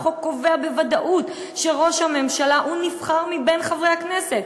החוק קובע בוודאות שראש הממשלה נבחר מבין חברי הכנסת.